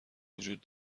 وجود